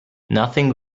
nothing